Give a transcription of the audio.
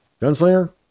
Gunslinger